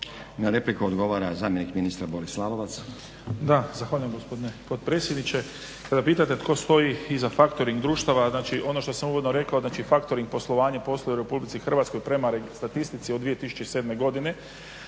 Na repliku odgovara zamjenik ministra Boris Lalovac.